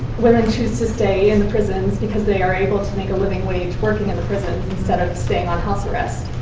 women choose to stay in the prisons because they are able to make a living wage working in the prison, instead of staying on house arrest.